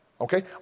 Okay